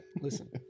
Listen